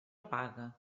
paga